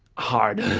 hard.